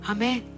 Amen